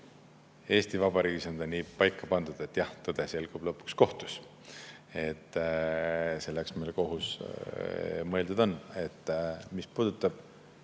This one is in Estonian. Eesti Vabariigis on nii paika pandud, et jah, tõde selgub lõpuks kohtus. Selleks meil kohus mõeldud ongi. Mis puudutab